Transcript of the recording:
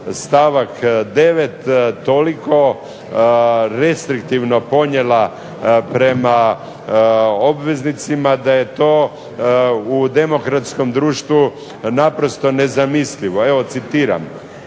stavak 9. toliko restriktivno ponijela prema obveznicima da je to u demokratskom društvu naprosto nezamislivo. Evo citiram: